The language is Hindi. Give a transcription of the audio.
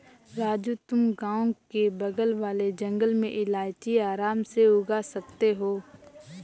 राजू तुम गांव के बगल वाले जंगल में इलायची आराम से उगा सकते हो